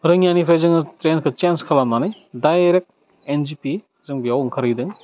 रङियानिफ्राय जोङो ट्रेनखौ चेन्ज खालामनानै दाइरेक्ट एन जि पि जों बेयाव ओंखारहैदों